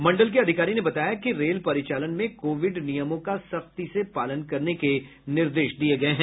मंडल के अधिकारी ने बताया कि रेल परिचालन में कोविड नियमों का सख्ती से पालन करने के निर्देश दिये गये हैं